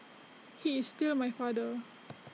he is still my father